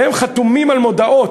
והם חתומים על מודעות,